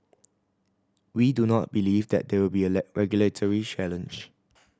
we do not believe that there will be a regulatory challenge